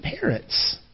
parents